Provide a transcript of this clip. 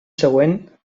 següent